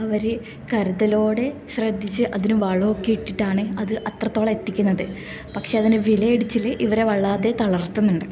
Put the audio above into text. അവർ കരുതലോടെ ശ്രദ്ധിച്ച് അതിന് വളമൊക്കെ ഇട്ടിട്ടാണ് അത് അത്രത്തോളം എത്തിക്കുന്നത് പക്ഷേ അതിൻ്റെ വിലയിടിച്ചിൽ ഇവരെ വല്ലാതെ തളർത്തുന്നുണ്ട്